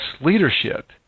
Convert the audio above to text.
leadership